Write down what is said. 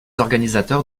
organisateurs